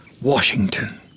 Washington